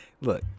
Look